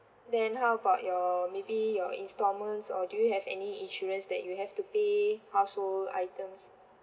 then how about your maybe your instalments or do you have any insurance that you have to pay household items